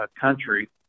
country